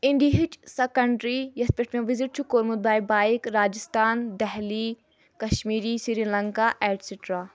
اِنڈِہٕچ سۄ کنٹری یتھ پیٚٹھ مےٚ وِزِٹ چھُ کوٚرمُت by bike Rajasthan Delhi Kashmiri Sri Lanka etcetera